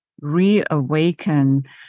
reawaken